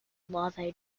larvae